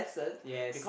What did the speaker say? yes